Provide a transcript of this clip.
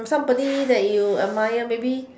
somebody that you admire maybe